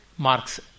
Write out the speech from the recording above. Marx